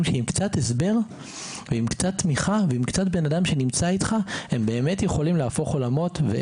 שעם קצת הסבר ועם קצת תמיכה ואדם שיהיה איתו הם יכולים להפוך עולמות.